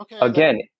again